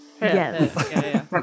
Yes